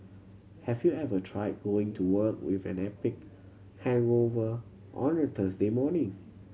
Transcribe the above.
have you ever tried going to work with an epic hangover on a Thursday morning